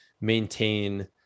maintain